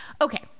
Okay